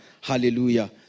Hallelujah